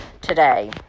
today